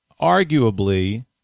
arguably